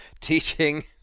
teaching